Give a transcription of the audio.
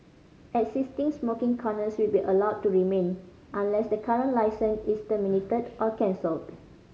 existing smoking corners will be allowed to remain unless the current licence is terminated or cancelled